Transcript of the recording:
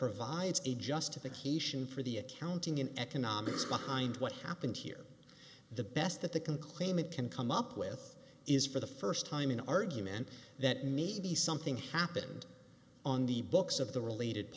provides a justification for the accounting and economics behind what happened here the best that they can claim it can come up with is for the first time an argument that need be something happened on the books of the related